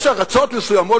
יש ארצות מסוימות,